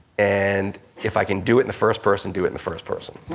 and if i can do it in the first person do it in the first person.